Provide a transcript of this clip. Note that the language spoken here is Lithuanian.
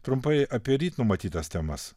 trumpai apie ryt numatytas temas